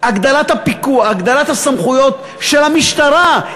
הגדלת הסמכויות של המשטרה,